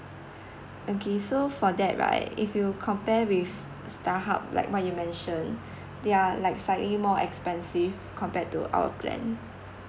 okay so for that right if you compare with starhub like you mentioned they are like slightly more expensive compared to our plan